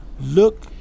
Look